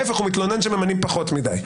להפך, הוא מתלונן שממנים פחות מדי.